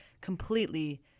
completely